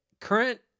current